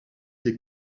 des